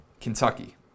Kentucky